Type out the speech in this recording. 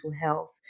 health